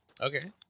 Okay